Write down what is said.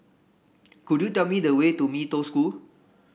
could you tell me the way to Mee Toh School